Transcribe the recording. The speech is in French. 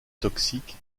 toxique